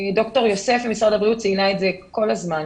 ד"ר יוסף ממשרד הבריאות ציינה את זה כל הזמן,